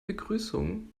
begrüßung